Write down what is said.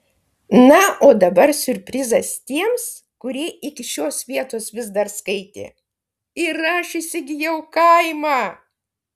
na o dabar siurprizas tiems kurie iki šios vietos vis dar skaitė ir aš įsigijau kaimą